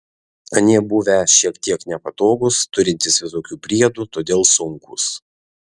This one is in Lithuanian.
anie buvę šiek tiek nepatogūs turintys visokių priedų todėl sunkūs